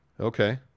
Okay